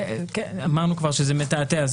אמרנו כבר שזה מתעתע.